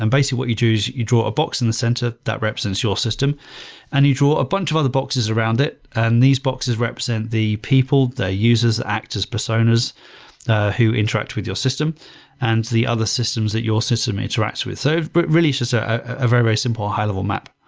and basically, what you do is you draw a box in the center that represents your system and you draw a bunch of other boxes around it, and these boxes represent the people, the users, the actors, personas who interact with your system and the other systems that your system interacts with. so but really, it's just so a very very simple high-level map.